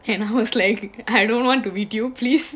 and I was like I don't want to be with you please